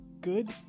Good